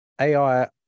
AI